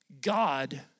God